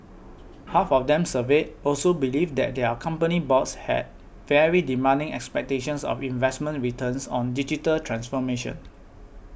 half of them surveyed also believed that their company boards had very demanding expectations of investment returns on digital transformation